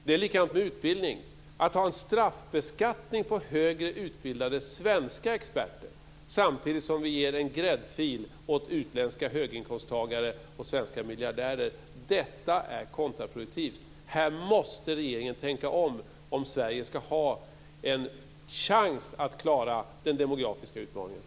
Det är likadant med utbildning. Att ha en straffbeskattning på högre utbildade svenska experter, samtidigt som vi ger en gräddfil åt utländska höginkomsttagare och svenska miljardärer, är kontraproduktivt. Här måste regeringen tänka om om Sverige ska ha en chans att klara den demografiska utmaningen.